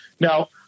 Now